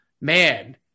man